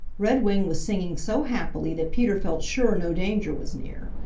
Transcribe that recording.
redwing was singing so happily that peter felt sure no danger was near,